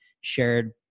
shared